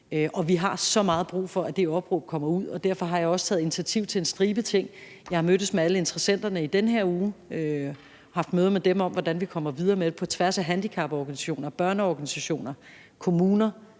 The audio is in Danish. Vi har så meget brug for, at det opråb kommer ud, og derfor har jeg også taget initiativ til en stribe ting. Jeg har mødtes med alle interessenterne i den her uge og haft møde med dem om, hvordan vi kommer videre med det, på tværs af handicaporganisationer, børneorganisationer, kommuner,